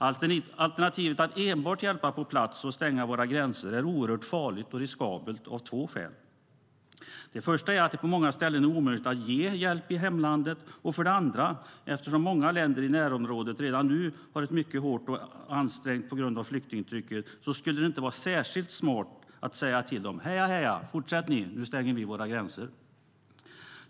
Alternativet att enbart hjälpa på plats och stänga våra gränser är oerhört farligt och riskabelt av två skäl. Det första är att det på många ställen är omöjligt att ge hjälp i hemlandet. Det andra är att många länder i närområdet redan nu är mycket hårt ansträngda på grund av flyktingtrycket. Det skulle inte vara särskilt smart att säga till dem: Heja, heja! Fortsätt ni! Nu stänger vi våra gränser.